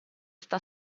sta